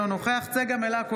אינו נוכח צגה מלקו,